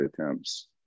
attempts